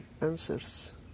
answers